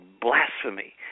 blasphemy